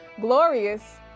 glorious